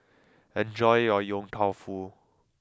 enjoy your Yong Tau Foo